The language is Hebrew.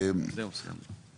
זהו, סיימנו.